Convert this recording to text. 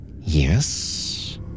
Yes